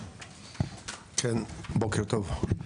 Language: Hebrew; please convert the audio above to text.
כן, בוקר טוב.